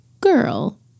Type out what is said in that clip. girl